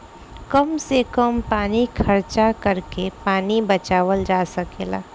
कम से कम पानी खर्चा करके पानी बचावल जा सकेला